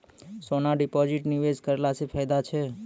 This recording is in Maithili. सोना डिपॉजिट निवेश करला से फैदा छै?